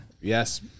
yes